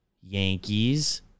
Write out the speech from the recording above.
Yankees